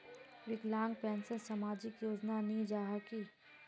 विकलांग पेंशन सामाजिक योजना नी जाहा की?